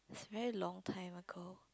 very long time ago